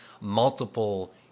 multiple